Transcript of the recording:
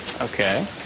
Okay